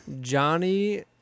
johnny